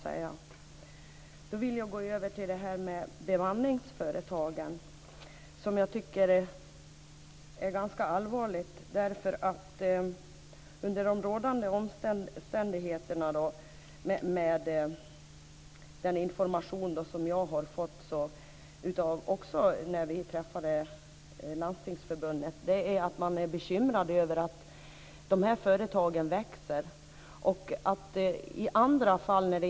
Sedan vill jag gå över till detta med bemanningsföretagen. Jag tycker att det är ganska allvarligt under rådande omständigheter. Den information som jag fick när vi träffade Landstingsförbundet var att man är bekymrad över att dessa företag växer.